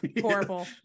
horrible